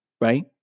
right